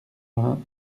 vingt